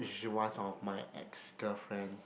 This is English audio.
which is one of my ex girlfriend